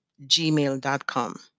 gmail.com